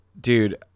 dude